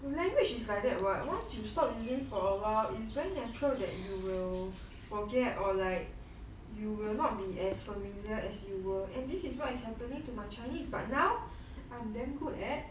language is like that right once you stop using for awhile is very natural that you will forget or like you will not be as familiar as you were and this is what is happening to my chinese but now I'm damn good at